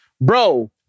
Bro